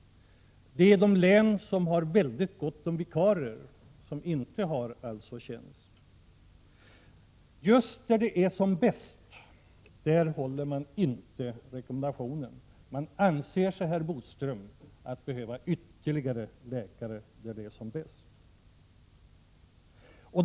Det är de län som har mycket gott om vikarier, som alltså inte har tjänst. Just där det är som bäst följer man inte rekommendationen! Där det är som bäst anser man sig behöva ytterligare läkare, herr Bodström!